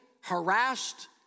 harassed